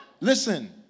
listen